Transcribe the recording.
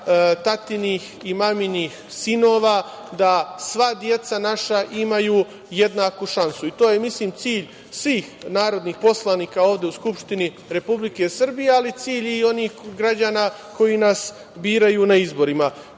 tatinih i maminih sinova, da sva deca naša imaju jednaku šansu i to je mislim cilj svih narodnih poslanika ovde u Skupštini Republike Srbije, ali cilj i onih građana koji nas biraju na izborima. Važni